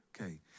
Okay